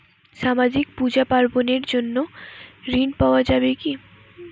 সামাজিক পূজা পার্বণ এর জন্য ঋণ পাওয়া যাবে কি?